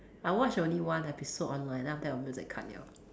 I watch only one episode online then after that 我没有再看了